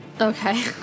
Okay